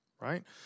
Right